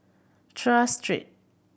Tras Street